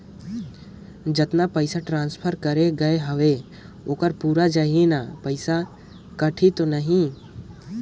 जतना पइसा ट्रांसफर करे गये हवे ओकर पूरा जाही न पइसा कटही तो नहीं?